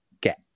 get